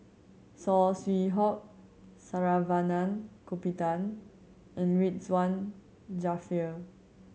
Saw Swee Hock Saravanan Gopinathan and Ridzwan Dzafir